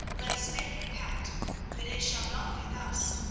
let us make a pact that it shall not be thus,